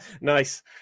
nice